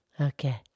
Okay